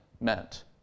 meant